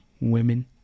women